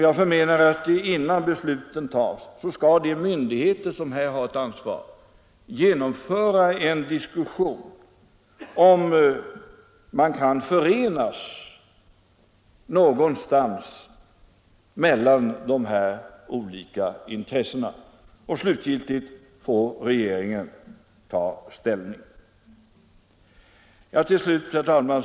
Jag förmenar att innan beslut fattas skall de myndigheter som här har ett ansvar genomföra en diskussion för att se om man kan förenas någonstans mellan de olika intressena, och slutgiltigt får regeringen ta ställning. Herr talman!